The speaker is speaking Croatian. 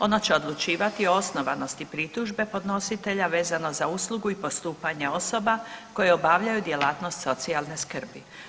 Ono će odlučivati o osnovanosti pritužbe podnositelja vezano za uslugu i postupanje osoba koje obavljaju djelatnost socijalne skrbi.